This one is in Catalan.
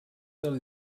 del